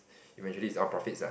eventually is your profit lah